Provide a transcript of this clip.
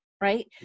right